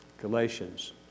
Galatians